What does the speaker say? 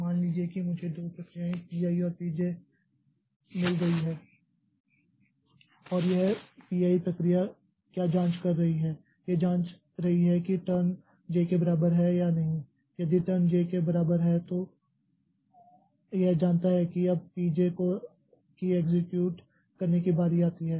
तो मान लीजिए कि मुझे दो प्रक्रियाएँ P i और P j मिल गई हैं और यह P i प्रक्रिया क्या जाँच रही है यह जाँच रही है कि टर्न j के बराबर है या नहीं यदि टर्न j के बराबर है तो यह जानता है कि अब P j की एक्सेक्यूट करने की बारी आती है